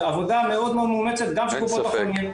זו עבודה מאוד מאומצת גם של קופות החולים,